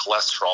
cholesterol